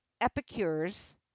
epicures